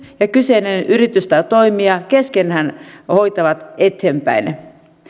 ja kyseinen yritys tai toimija keskenään hoitavat eteenpäin